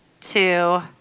two